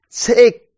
take